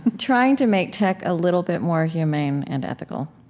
trying to make tech a little bit more humane and ethical.